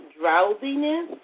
drowsiness